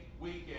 weekend